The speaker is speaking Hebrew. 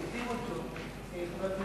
אני אגיד לך מה,